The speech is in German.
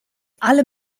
alle